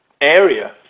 area